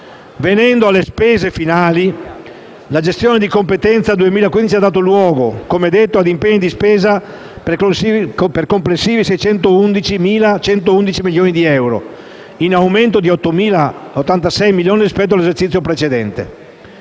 Venendo poi alle spese finali, la gestione di competenza 2015 ha dato luogo - come detto - a impegni di spesa per complessivi 611.111 milioni di euro, in aumento di 8.086 milioni rispetto all'esercizio precedente.